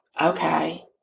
okay